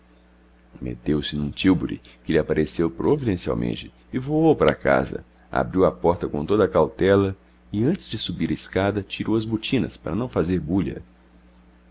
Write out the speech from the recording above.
meteu-se num tílburi que lhe apareceu providencialmente e voou para casa abriu a porta com toda a cautela e antes de subir a escada tirou as botinas para não fazer bulha